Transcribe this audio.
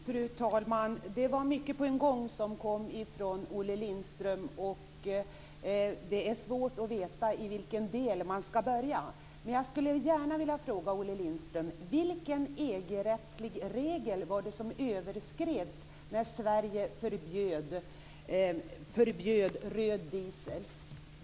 Fru talman! Det var mycket som kom på en gång från Olle Lindström. Det är svårt att veta vilken del man skall börja i. Men jag skulle gärna vilja fråga Olle Lindström: Vilken EG-rättslig regel var det som överskreds när Sverige förbjöd röd diesel?